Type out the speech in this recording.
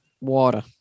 Water